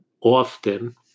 often